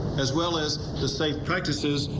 as well as the same practices,